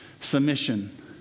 submission